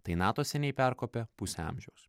tai nato seniai perkopė pusę amžiaus